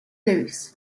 loose